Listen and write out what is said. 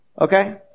Okay